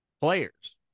players